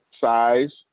size